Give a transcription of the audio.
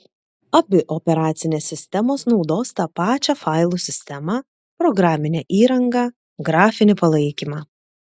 abi operacinės sistemos naudos tą pačią failų sistemą programinę įrangą grafinį palaikymą